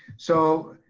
so,